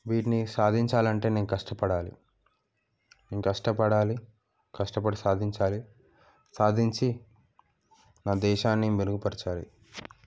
వీటిని సాధించాలంటే నేను కష్టపడాలి నేను కష్టపడాలి కష్టపడి సాధించాలి సాధించి నా దేశాన్ని మెరుగుపరచాలి